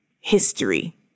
history